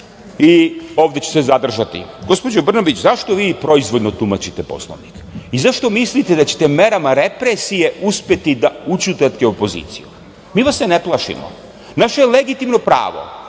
itd. Ovde ću se zadržati. Gospođo Brnabić, zašto vi proizvoljno tumačite Poslovnik? Zašto mislite da ćete merama represije uspeti da ućutkate opoziciju? Mi vas se ne plašimo. Naše je legitimno pravo